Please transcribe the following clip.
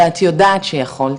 שאת יודעת שיכולת,